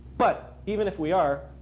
but even if we are,